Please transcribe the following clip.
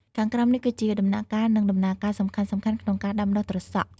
ខាងក្រោមនេះគឺជាដំណាក់កាល និងដំណើរការសំខាន់ៗក្នុងការដាំដុះត្រសក់។